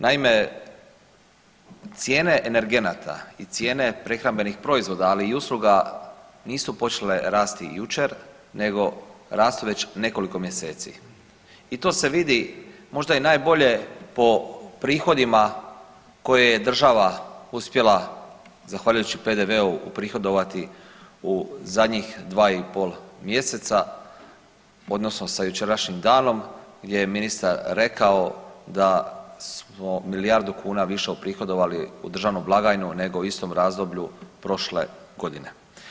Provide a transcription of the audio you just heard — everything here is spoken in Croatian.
Naime, cijene energenata i cijene prehrambenih proizvoda, ali i usluga nisu počele raste jučer nego rastu već nekoliko mjeseci i to se vidi možda i najbolje po prihodima koje je država uspjela zahvaljujući PDV-u uprihodovati u zadnjih 2,5 mjeseca odnosno sa jučerašnjim danom gdje je ministar rekao da smo milijardu kuna više uprihodovali u državnu blagajnu nego u istom razdoblju prošle godine.